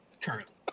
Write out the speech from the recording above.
currently